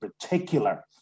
particular